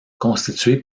constitué